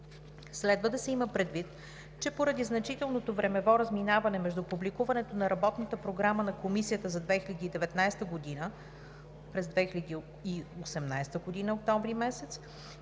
Следва да се има предвид, че поради значителното времево разминаване между публикуването на Работната програма на Комисията за 2019 г. (октомври 2018 г.) и приемането